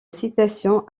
citation